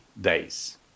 days